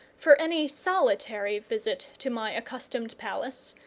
for any solitary visit to my accustomed palace,